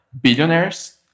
billionaires